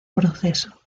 proceso